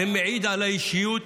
זה מעיד על האישיות